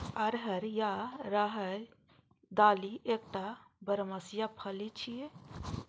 अरहर या राहरिक दालि एकटा बरमसिया फली छियै